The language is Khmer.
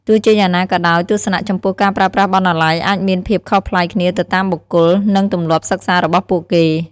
ទោះជាយ៉ាងណាក៏ដោយ ទស្សនៈចំពោះការប្រើប្រាស់បណ្ណាល័យអាចមានភាពខុសប្លែកគ្នាទៅតាមបុគ្គល និងទម្លាប់សិក្សារបស់ពួកគេ។